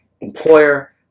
employer